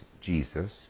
Jesus